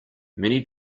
many